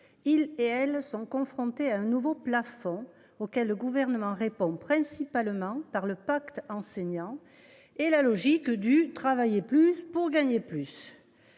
enseignants sont confrontés à un nouveau plafond, que le Gouvernement entend combattre principalement par le pacte enseignant et la logique du « travailler plus pour gagner plus ».